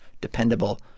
dependable